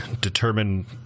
determine